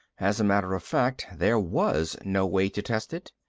as a matter of fact, there was no way to test it.